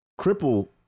cripple